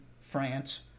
France